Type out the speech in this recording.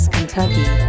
Kentucky